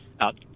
out